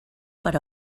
per